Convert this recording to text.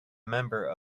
member